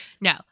No